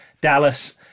Dallas